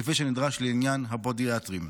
כפי שנדרש לעניין הפודיאטרים.